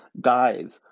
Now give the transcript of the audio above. Guys